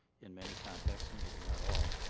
in many context and maybe not all,